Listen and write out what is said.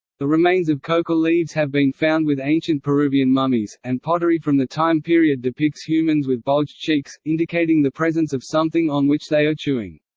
the remains of coca leaves have been found with ancient peruvian mummies, and pottery from the time period depicts humans with bulged cheeks, indicating the presence of something on which they are chewing.